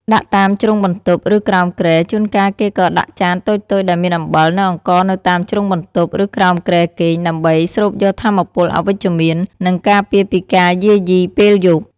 ដាក់តាមជ្រុងបន្ទប់ ឬក្រោមគ្រែ ជួនកាលគេក៏ដាក់ចានតូចៗដែលមានអំបិល និងអង្ករនៅតាមជ្រុងបន្ទប់ ឬក្រោមគ្រែគេង ដើម្បី ស្រូបយកថាមពលអវិជ្ជមាន និងការពារពីការយាយីពេលយប់។